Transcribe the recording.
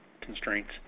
constraints